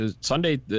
Sunday